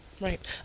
right